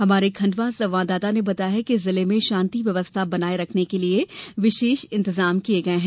हमारे खंडवा संवाददाता ने बताया है कि जिले में शांति व्यवस्था बनाये रखने के लिए विशेष इंतजाम किये गये हैं